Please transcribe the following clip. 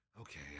Okay